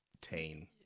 teen